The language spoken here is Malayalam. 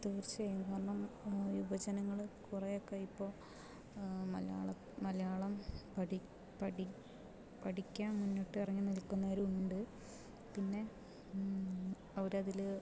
തീർച്ചയായും കാരണം യുവജങ്ങൾ കുറെ ഒക്കെ ഇപ്പോൾ മലയാളം പഠി പഠി പഠിക്കാൻ മുന്നിട്ട് ഇറങ്ങി നിൽക്കുന്നവരുമുണ്ട് പിന്നെ അവര് അതില്